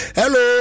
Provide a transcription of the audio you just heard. hello